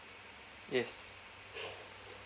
yes